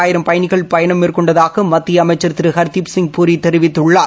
ஆயிரம் பயணிகள் பயணம் மேற்கொண்டதாக மத்திய அமைச்சள் திரு ஹர்தீப்சிங் பூரி தெரிவித்துள்ளார்